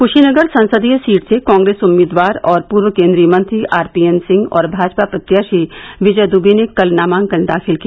कुशीनगर संसदीय सीट से कांग्रेस उम्मीदवार और पूर्व केन्द्रीय मंत्री आरपीएन सिंह और भाजपा प्रत्याशी विजय दुबे ने कल नामांकन दाखिल किया